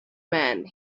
man